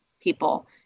people